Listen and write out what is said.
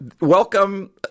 welcome